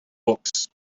books